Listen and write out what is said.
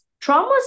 traumas